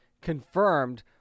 confirmed